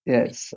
Yes